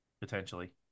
potentially